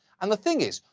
and the thing is,